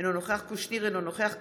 אינו נוכח אלכס קושניר,